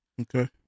Okay